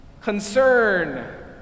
concern